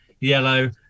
yellow